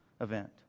event